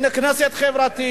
הנה, כנסת חברתית.